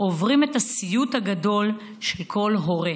עוברים את הסיוט הגדול של כל הורה.